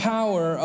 Power